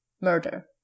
murder